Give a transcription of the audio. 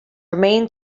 remain